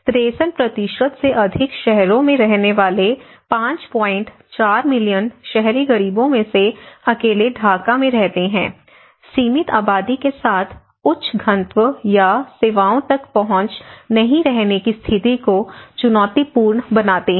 63 से अधिक शहरों में रहने वाले 54 मिलियन शहरी गरीबों में से अकेले ढाका में रहते हैं सीमित आबादी के साथ उच्च घनत्व या सेवाओं तक पहुंच नहीं रहने की स्थिति को चुनौतीपूर्ण बनाते हैं